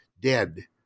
dead